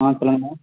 ஆ சொல்லுங்க மேம்